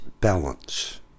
balance